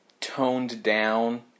toned-down